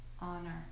honor